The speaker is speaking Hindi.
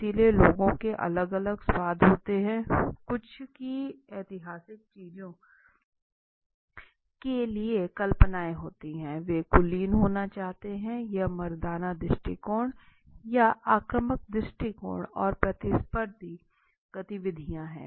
इसलिए लोगों के अलग अलग स्वाद होते हैं कुछ की ऐतिहासिक चीजों के लिए कल्पनाएं होती हैं वे कुलीन होना चाहते हैं यह मर्दाना दृष्टिकोण या आक्रामक दृष्टिकोण और प्रतिस्पर्धी गतिविधियां हैं